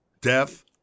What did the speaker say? death